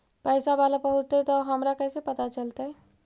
पैसा बाला पहूंचतै तौ हमरा कैसे पता चलतै?